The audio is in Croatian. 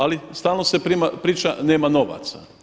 Ali stalno se priča nema novaca.